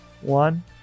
one